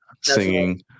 singing